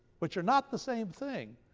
which are not the same thing,